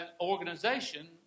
organization